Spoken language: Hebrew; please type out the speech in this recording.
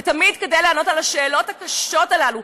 ותמיד כדי לענות על השאלות הקשות האלה,